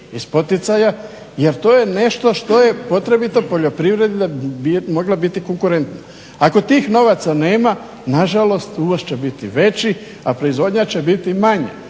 jer to je nešto što je potrebito poljoprivredi da bi mogla biti konkurentna. Ako tih novaca nema, nažalost uvoz će biti veći, a proizvodnja će biti manja,